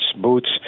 boots